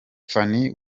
phanny